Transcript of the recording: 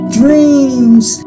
dreams